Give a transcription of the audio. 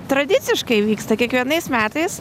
tradiciškai vyksta kiekvienais metais